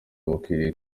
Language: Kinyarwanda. bakwiriye